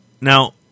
Now